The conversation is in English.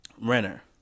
Renner